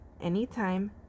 anytime